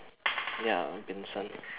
ya I'm vincent